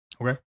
Okay